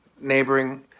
neighboring